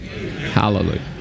Hallelujah